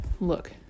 Look